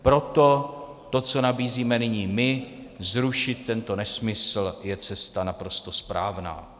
Proto to, co nabízíme nyní my, zrušit tento nesmysl, je cesta naprosto správná.